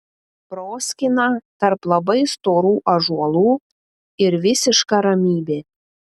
proskyna tarp labai storų ąžuolų ir visiška ramybė